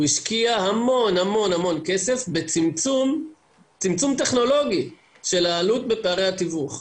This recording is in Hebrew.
הוא השקיע המון המון כסף בצמצום טכנולוגי של העלות בפערי התיווך.